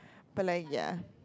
but like ya